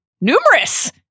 numerous